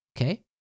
Okay